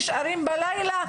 נשארים בלילה,